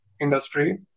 industry